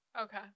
Okay